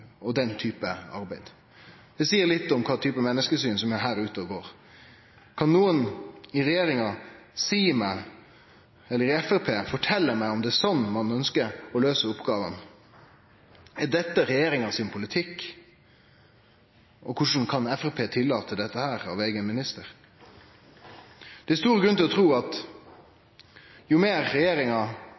og den type arbeid. Det seier litt om menneskesynet. Kan nokon i regjeringa eller i Framstegspartiet fortelje meg om det er slik ein ønskjer å løyse oppgåvene? Er dette regjeringa sin politikk, og korleis kan Framstegspartiet tillate dette av eigen minister? Det er stor grunn til å tru at jo meir regjeringa